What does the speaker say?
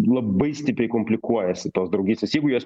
labai stipriai komplikuojasi tos draugystės jeigu jos